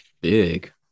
big